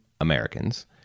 Americans